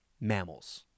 mammals